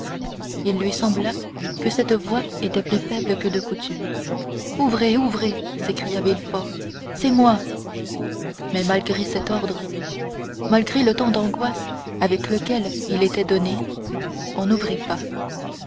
il lui sembla que cette voix était plus faible que de coutume ouvrez ouvrez s'écria villefort c'est moi mais malgré cet ordre malgré le ton d'angoisse avec lequel il était donné on n'ouvrit pas